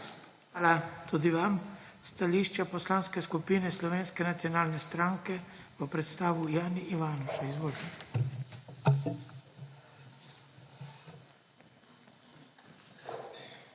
Hvala tudi vam. Stališče Poslanske skupine Slovenske nacionalne stranke bo predstavil Jani Ivanuša. Izvolite. **JANI